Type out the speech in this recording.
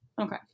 Okay